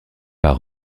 par